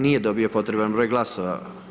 Nije dobio potreban broj glasova.